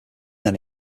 then